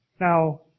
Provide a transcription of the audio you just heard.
Now